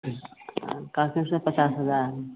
कहथिन से पचास हजार